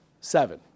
seven